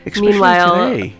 Meanwhile